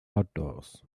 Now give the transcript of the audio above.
outdoors